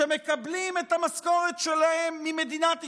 שמקבלים את המשכורת שלהם ממדינת ישראל,